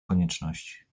konieczność